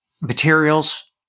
materials